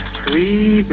three